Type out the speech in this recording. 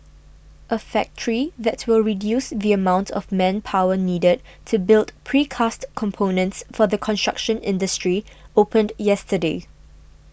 a factory that will reduce the amount of manpower needed to build precast components for the construction industry opened yesterday